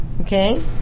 Okay